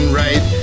right